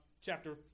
chapter